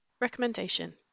Recommendation